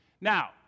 Now